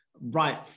right